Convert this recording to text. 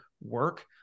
work